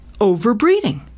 Overbreeding